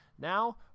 Now